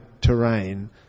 terrain